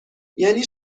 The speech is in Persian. یعنی